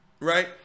Right